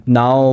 now